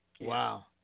Wow